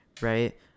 right